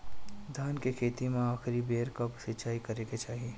धान के खेती मे आखिरी बेर कब सिचाई करे के चाही?